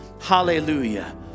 hallelujah